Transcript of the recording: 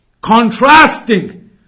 contrasting